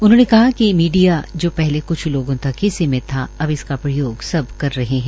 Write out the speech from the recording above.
उन्होंने कहा कि मीडिया जो पहले कुछ लोगों तक ही सीमित था अब इसका प्रयोग सब कर रहे है